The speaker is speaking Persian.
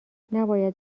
نباید